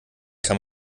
kann